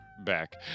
back